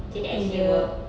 did it actually work